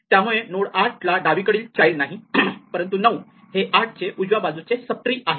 त्यामुळे नोड 8 ला डावीकडचे चाइल्ड नाही परंतु 9 हे 8 चे उजव्या बाजूचे सब ट्री आहे